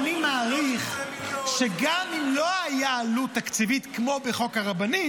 אני מעריך שגם אם לא הייתה עלות תקציבית כמו בחוק הרבנים,